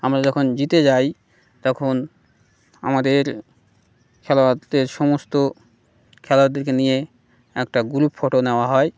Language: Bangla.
আমরা যখন জিতে যাই তখন আমাদের খেলোয়াদের সমস্ত খেলোয়াদেরকে নিয়ে একটা গ্রুপ ফটো নেওয়া হয়